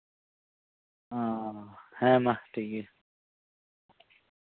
ᱚᱻ ᱦᱮᱸ ᱢᱟ ᱴᱷᱤᱠ ᱜᱮᱭᱟ